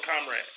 comrade